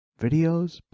videos